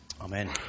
Amen